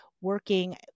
working